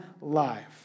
life